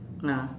ah